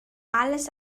alles